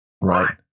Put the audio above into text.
Right